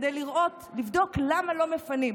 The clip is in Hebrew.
כדי לבדוק למה לא מפנים.